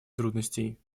трудностей